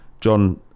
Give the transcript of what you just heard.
John